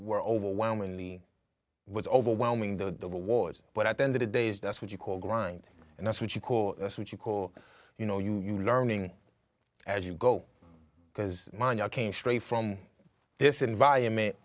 were overwhelmingly was overwhelming the rewards but at the end of days that's what you call grind and that's what you call that's what you call you know you you learning as you go because mine i came straight from this environment